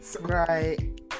Right